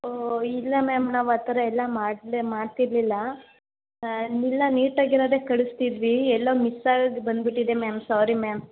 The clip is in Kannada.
ಓ ಇಲ್ಲ ಮ್ಯಾಮ್ ನಾವು ಆ ಥರ ಎಲ್ಲ ಮಾಡಲೆ ಮಾಡ್ತಿರಲಿಲ್ಲ ಇಲ್ಲ ನೀಟಾಗಿರೋದೆ ಕಳಿಸ್ತಿದ್ವಿ ಎಲ್ಲೊ ಮಿಸ್ ಆಗಿ ಬಂದ್ಬಿಟ್ಟಿದೆ ಮ್ಯಾಮ್ ಸ್ವಾರಿ ಮ್ಯಾಮ್